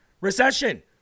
recession